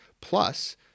Plus